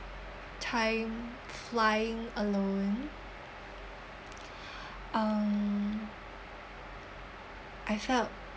time flying alone um I felt